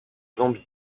zambie